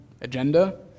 agenda